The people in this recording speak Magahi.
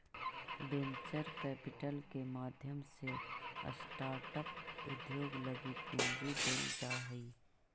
वेंचर कैपिटल के माध्यम से स्टार्टअप उद्योग लगी पूंजी देल जा हई